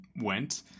went